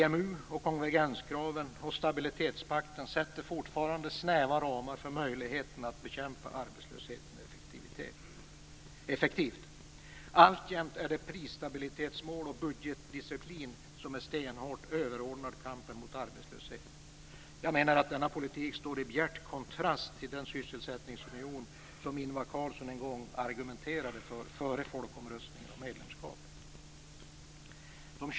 EMU, konvergenskraven och stabilitetspakten sätter fortfarande snäva ramar för möjligheterna att effektivt bekämpa arbetslösheten. Alltjämt är prisstabilitetsmål och budgetdisciplin stenhårt överordnade kampen mot arbetslösheten. Jag menar att denna politik står i bjärt kontrast till den sysselsättningsunion som Ingvar Carlsson en gång argumenterade för före folkomröstningen om medlemskapet.